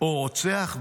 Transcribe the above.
או רוצח?